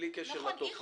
בלי קשר לתופעה.